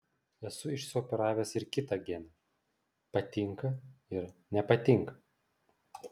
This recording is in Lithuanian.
esu išsioperavęs ir kitą geną patinka ir nepatinka